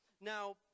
Now